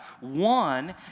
one